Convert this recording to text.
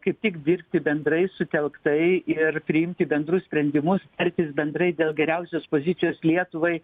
kaip tik dirbti bendrai sutelktai ir priimti bendrus sprendimus elgtis bendrai dėl geriausios pozicijos lietuvai